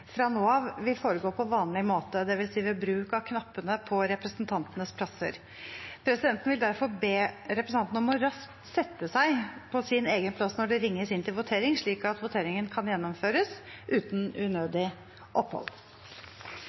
fra nå av vil foregå på vanlig måte, dvs. ved bruk av knappene på representantenes plasser. Presidenten vil derfor be representantene om raskt å sette seg på sin egen plass når det ringes inn til votering, slik at voteringen kan gjennomføres uten unødig opphold.